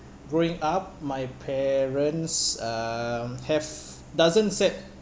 growing up my parents um have doesn't set